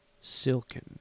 silken